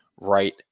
right